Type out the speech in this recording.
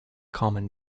common